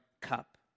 cup